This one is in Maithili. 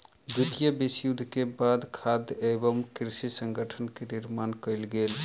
द्वितीय विश्व युद्ध के बाद खाद्य एवं कृषि संगठन के निर्माण कयल गेल